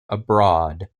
abroad